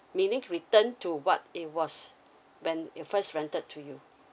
meaning return to what it was when it first rented to you